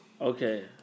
Okay